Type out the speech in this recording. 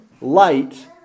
light